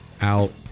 out